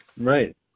right